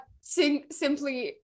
simply